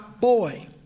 boy